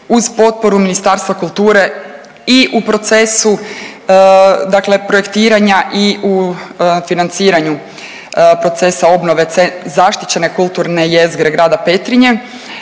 uz potporu Ministarstva kulture i u procesu dakle projektiranja i u financiranju procesa obnove zaštićene kulturne jezgre grada Petrinje,